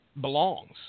belongs